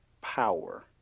power